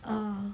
ah